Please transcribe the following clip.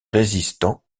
résistants